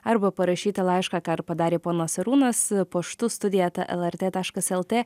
arba parašyti laišką ką ir padarė ponas arūnas paštu studija eta lrt taškas lt